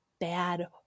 bad